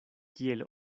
kiel